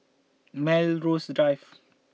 Melrose Drive